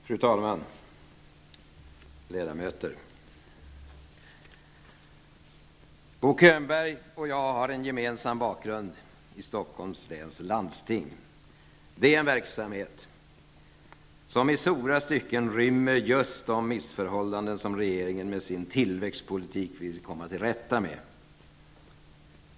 Fru talman, ledamöter! Bo Könberg och jag har en gemensam bakgrund i Stockholms läns landsting. Det är en verksamhet som i stora stycken rymmer just de missförhållanden som regeringen med sin tillväxtpolitik vill komma till rätta med.